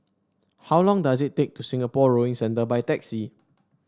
how long does it take to Singapore Rowing Centre by taxi